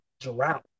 drought